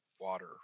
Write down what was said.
water